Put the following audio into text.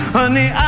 Honey